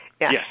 Yes